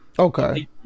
Okay